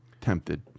tempted